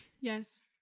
Yes